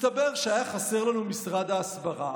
מסתבר שהיה חסר לנו משרד ההסברה.